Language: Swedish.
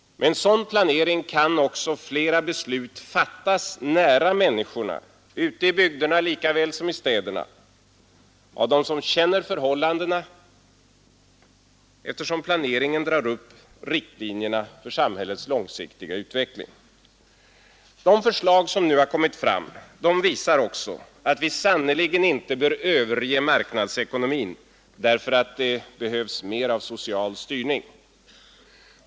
Med en sådan planering kan flera beslut fattas nära människorna — ute i bygderna lika väl som i städerna — av dem som känner förhållandena, eftersom planeringen drar upp riktlinjerna för samhällets långsiktiga utveckling. De förslag som nu har kommit fram visar också att vi sannerligen inte bör överge marknadsekonomin därför att det behövs mer av social styrning.